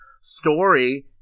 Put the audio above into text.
story